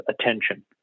attention